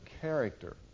character